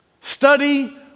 Study